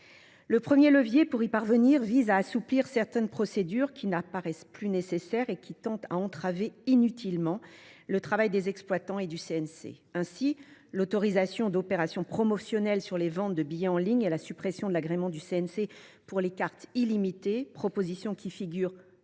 Le premier levier pour y parvenir vise à assouplir certaines procédures qui n’apparaissent plus nécessaires et qui tendent à entraver inutilement le travail des exploitants et du CNC. Ainsi, l’autorisation d’opérations promotionnelles sur les ventes de billets en ligne et la suppression de l’agrément du CNC pour les cartes illimitées – proposition qui figure